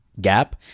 gap